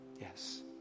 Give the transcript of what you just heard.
Yes